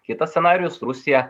kitas scenarijus rusija